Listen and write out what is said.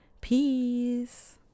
Peace